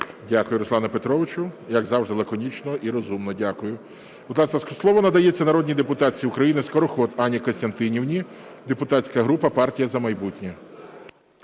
Дякую, Руслане Петровичу. Як завжди, лаконічно і розумно. Дякую. Будь ласка, слово надається народній депутатці України Скороход Анні Костянтинівні, депутатська група "Партія "За майбутнє".